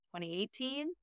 2018